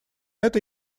это